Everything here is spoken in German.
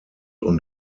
und